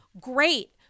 great